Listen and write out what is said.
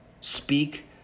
speak